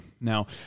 Now